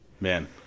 man